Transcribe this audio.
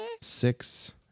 Six